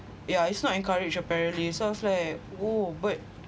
yeah it's not encourage apparently so I was like oh but